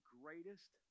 greatest